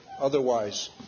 Otherwise